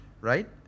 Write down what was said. right